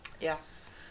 Yes